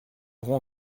aurons